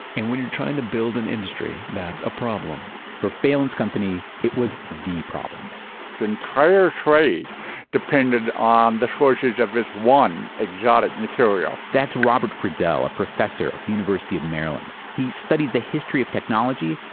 and when you're trying to build an industry, that's a problem for phelan's company, it was the problem the entire trade depended on the shortage of this one exotic material that's robert friedel, a professor at the university of maryland. he studies the history of technology,